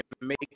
make